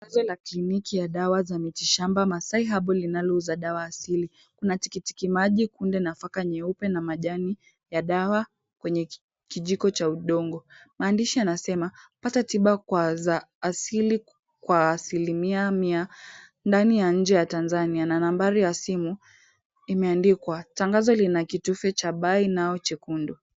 Bango la kliniki ya dawa za miti shamba Maasai Herbal linalouza dawa asili. Kuna tikitiki maji, kunde, nafaka nyeupe na majani ya dawa kwenye kijiko cha udongo. Maandishi yanasema, pata tiba kwa za asili kwa asilimia mia, ndani ya nje ya Tanzania, na nambari ya simu imeandikwa. Tangazo lina kitufe cha buy now chekundu.